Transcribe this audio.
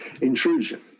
intrusion